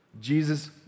Jesus